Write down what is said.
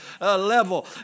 level